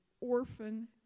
orphan